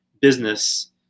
business